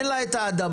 אין לה את האדמה,